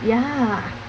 ya